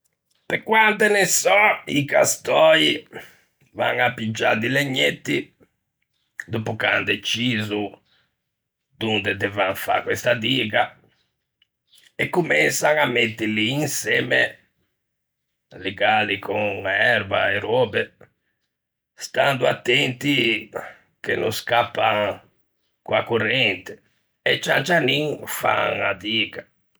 Pe quante ne sò i castöi van à piggiâ di legnetti, dòppo che an deciso donde devan fâ questa diga, e comensan à mettili insemme, ligâli con erba e röbe, stando attenti che no scappan co-a corrente, e cian cianin fan a diga.